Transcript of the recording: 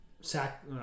sack